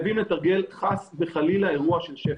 שפך.